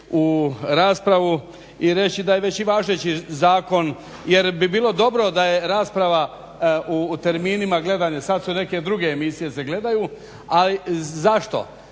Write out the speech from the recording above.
u raspravu i reći da je već i važeći zakon jer bi bilo dobro da je rasprava u terminima gledanja. Sad se neke druge emisije gledaju. Ali zašto?